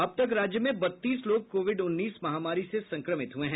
अब तक राज्य में बत्तीस लोग कोविड उन्नीस महामारी से संक्रमित हुए हैं